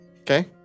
Okay